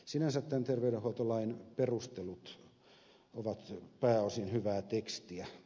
sinänsä tämän terveydenhoitolain perustelut ovat pääosin hyvää tekstiä